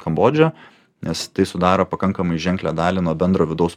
kambodža nes tai sudaro pakankamai ženklią dalį nuo bendro vidaus